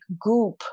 Goop